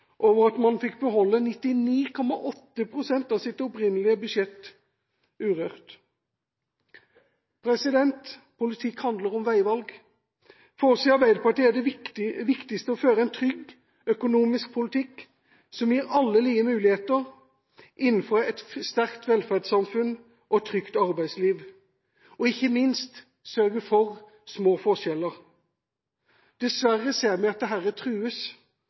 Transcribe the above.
over at man fikk beholde 99,8 pst. av sitt opprinnelige budsjett urørt. Politikk handler om veivalg. For oss i Arbeiderpartiet er det viktigst å føre en trygg økonomisk politikk som gir alle like muligheter innenfor et sterkt velferdssamfunn og et trygt arbeidsliv, og – ikke minst – sørge for små forskjeller. Dessverre ser vi at dette trues